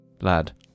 Lad